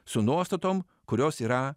su nuostatom kurios yra